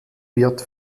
wird